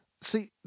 See